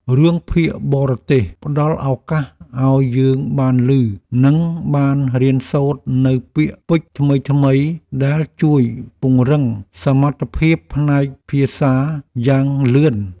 រឿងភាគបរទេសផ្ដល់ឱកាសឱ្យយើងបានឮនិងបានរៀនសូត្រនូវពាក្យពេចន៍ថ្មីៗដែលជួយពង្រឹងសមត្ថភាពផ្នែកភាសាយ៉ាងលឿន។